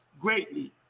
greatly